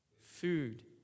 Food